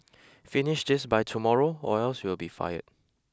finish this by tomorrow or else you'll be fired